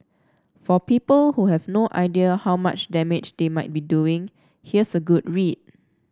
for people who have no idea how much damage they might be doing here's a good read